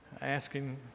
asking